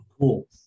Cool